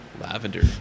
Lavender